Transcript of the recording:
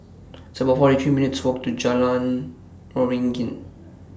It's about forty three minutes' Walk to Jalan Waringin